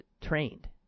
trained